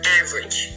average